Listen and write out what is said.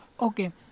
Okay